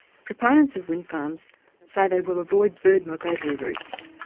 proponents of wind farms say they will avoid bird migratory routes,